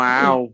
Wow